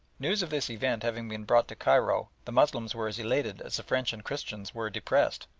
news of this event having been brought to cairo, the moslems were as elated as the french and christians were depressed.